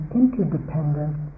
interdependence